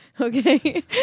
okay